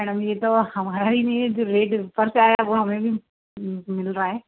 madam ये तो हमारा ही नहीं है जो रेट ऊपर से आया है वो हमें भी मिल रहा है